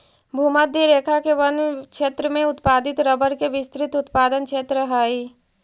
भूमध्य रेखा के वन क्षेत्र में उत्पादित रबर के विस्तृत उत्पादन क्षेत्र हइ